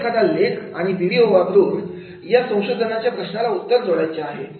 इथे एखादा लेख आणि व्हिडिओ वापरून या संशोधनाच्या प्रश्नाला उत्तर जोडायचे आहे